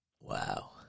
Wow